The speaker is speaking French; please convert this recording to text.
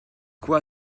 quoi